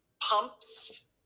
pumps